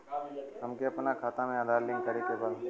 हमके अपना खाता में आधार लिंक करें के बा?